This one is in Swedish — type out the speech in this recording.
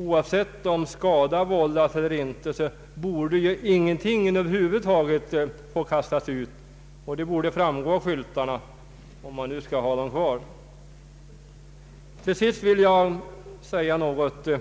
Oavsett om skada vållas eller inte borde ju ingenting över huvud taget få kastas ut, och det borde framgå av skyltarna — om man nu skall ha dem kvar. Till sist vill jag beröra